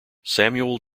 samuel